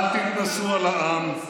אל תתנשאו על העם.